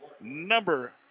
Number